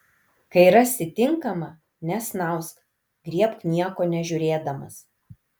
kai rasi tinkamą nesnausk griebk nieko nežiūrėdamas